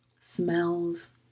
Smells